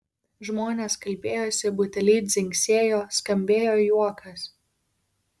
žmonės kalbėjosi buteliai dzingsėjo skambėjo juokas